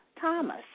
Thomas